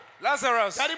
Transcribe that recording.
Lazarus